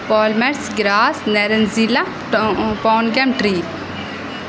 کولمیکس گراس لیلن زیلا پونکم تھری